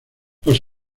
los